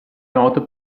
noto